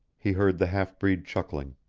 he heard the half-breed chuckling.